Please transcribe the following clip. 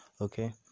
okay